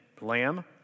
lamb